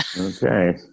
Okay